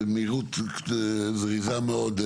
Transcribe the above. במהירות זריזה מאוד,